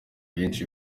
bensi